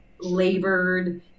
labored